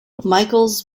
michaels